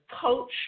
coach